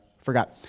forgot